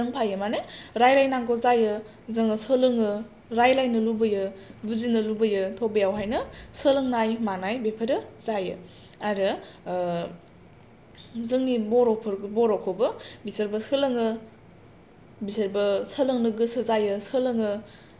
रोंफायो मानि रायलाय नांगौ जायो जोङो सोलोङो रायलायनो लुबोयो बुजिनो लुबोयो थ' बेयावहायनो सोलोंनाय मानाय बेफोरो जायो आरो जोंनि बर'फोरखौ बर'खौबो बिसोरबो सोलोङो बिसोरबो सोलोंनो गोसो जायो सोलोङो